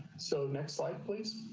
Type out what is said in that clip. so, next slide please.